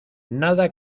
nada